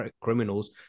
criminals